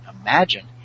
imagine